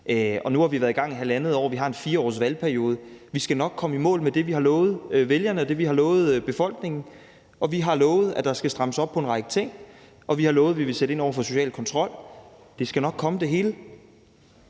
Nu har vi været i gang i halvandet år, og vi har en 4-årig valgperiode, så vi skal nok komme i mål med det, vi har lovet vælgerne, og det, vi har lovet befolkningen. Vi har lovet, at der skal strammes op på en række ting, og vi har lovet, at vi vil sætte ind over for social kontrol. Det hele skal nok komme. Kl.